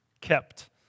Kept